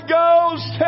Ghost